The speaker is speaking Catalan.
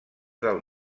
del